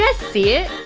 ah see it?